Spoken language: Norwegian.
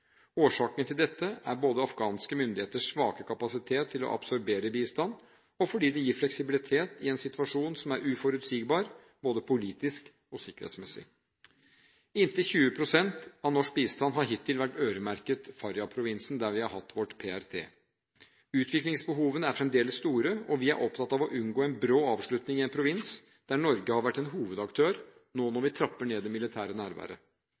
Årsaken til dette er både afghanske myndigheters svake kapasitet til å absorbere bistand, og at det gir fleksibilitet i en situasjon som er uforutsigbar, både politisk og sikkerhetsmessig. Inntil 20 pst av norsk bistand har hittil vært øremerket Faryab-provinsen, der vi har hatt vårt PRT. Utviklingsbehovene er fremdeles store, og vi er opptatt av å unngå en brå avslutning i en provins der Norge har vært en hovedaktør nå når vi trapper ned det militære nærværet.